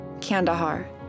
Kandahar